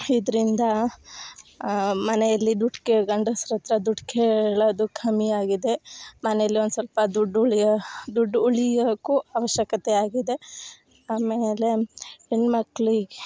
ಇದ್ರಿಂದ ಮನೇಲಿ ದುಡ್ಡು ಕೇಳಿ ಗಂಡಸರ ಹತ್ರ ದುಡ್ಡು ಕೇಳೋದು ಕಮ್ಮಿ ಆಗಿದೆ ಮನೇಲೆ ಒಂದು ಸ್ವಲ್ಪ ದುಡ್ಡು ಉಳಿಯೋ ದುಡ್ಡು ಉಳಿಯೋಕು ಅವಶ್ಯಕತೆ ಆಗಿದೆ ಆಮೇಲೆ ಹೆಣ್ಣು ಮಕ್ಕಳಿಗೆ